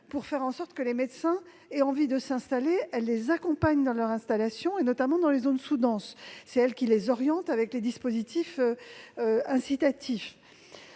pour faire en sorte que les médecins aient envie de s'installer : elles les accompagnent dans leur installation, notamment dans les zones sous-denses, et elles les orientent grâce à des dispositifs incitatifs.